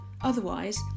Otherwise